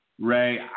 Ray